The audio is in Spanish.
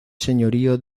señorío